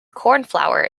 cornflour